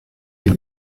die